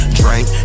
drink